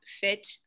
fit